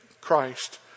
Christ